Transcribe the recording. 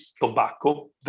tobacco